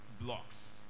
blocks